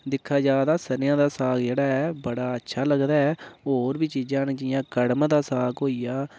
दिक्खा जा तां सरेआं दा साग जेह्ड़ा ऐ बड़ा अच्छा लगदा ऐ होर बी चीज़ां न जि'यां कड़म दा साग होइया